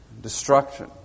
destruction